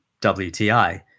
WTI